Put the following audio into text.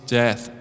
death